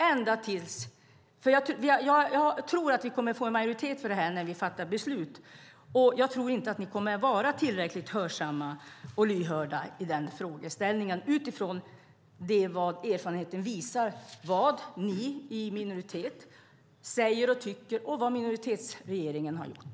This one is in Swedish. Jag tror nämligen att vi kommer att få majoritet för det när vi fattar beslut, men jag tror inte att ni, Anders Åkesson, kommer att vara tillräckligt hörsamma och lyhörda i den frågan. Detta säger jag eftersom erfarenheten visar vad ni i minoritet säger och tycker och vad minoritetsregeringen har gjort.